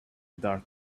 dark